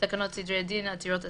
תקנות סדרי דין (עתירות אסירים),